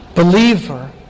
Believer